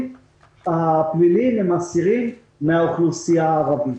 הפליליים הם אסירים מהאוכלוסייה הערבית.